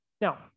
Now